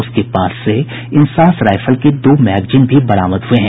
उसके पास से इंसास राईफल के दो मैगजीन भी बरामद हुये हैं